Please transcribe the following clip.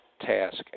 task